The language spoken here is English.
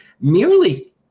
merely